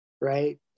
right